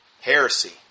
Heresy